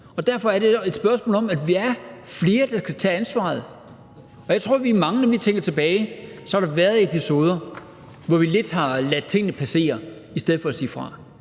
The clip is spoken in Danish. derfor er det et spørgsmål om, at vi er flere, der skal tage ansvar. Jeg tror, vi er mange, der kan huske, når vi tænker tilbage, at der har været episoder, hvor vi lidt har ladet tingene passere i stedet for at sige fra.